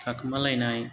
थाखोमालायनाय